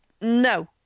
No